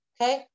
Okay